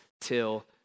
till